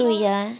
对啊